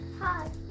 Hi